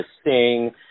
Sting